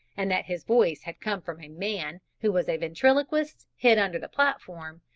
and that his voice had come from a man, who was a ventriloquist, hid under the platform,